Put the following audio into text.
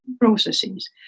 processes